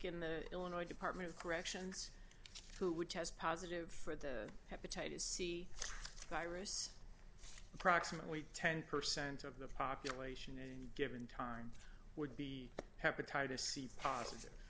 in the illinois department of corrections who would test positive for the hepatitis c virus approximately ten percent of the population in a given time would be hepatitis c positive